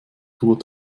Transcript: hubert